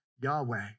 Yahweh